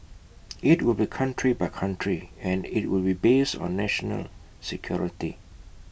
IT will be country by country and IT will be based on national security